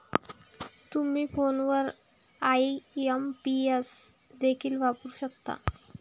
तुम्ही फोनवर आई.एम.पी.एस देखील वापरू शकता